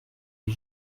les